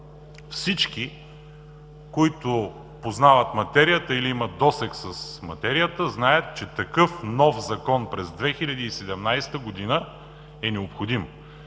всички, които познават материята или имат досег с нея, знаят, че такъв нов Закон през 2017 г. е необходим.